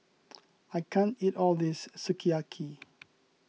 I can't eat all this Sukiyaki